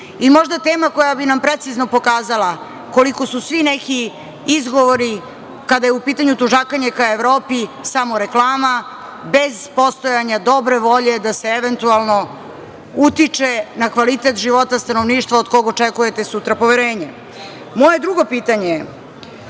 i možda tema koja bi nam precizno pokazala, koliko su svi neki izgovori, kada je u pitanju tužakanje ka Evropi, samo reklama, bez postojanja dobre volje, da se eventualno utiče na kvalitet života stanovništva, od koga očekujete sutra poverenje. Moje drugo pitanje je,